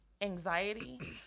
anxiety